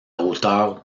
hauteur